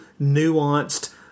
nuanced